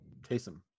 Taysom